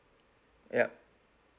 yup